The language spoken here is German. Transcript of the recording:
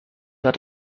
hat